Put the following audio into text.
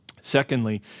Secondly